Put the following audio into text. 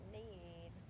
need